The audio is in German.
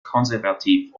konservativ